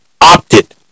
opted